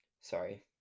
Sorry